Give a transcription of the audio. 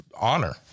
honor